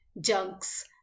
junks